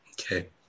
Okay